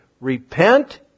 Repent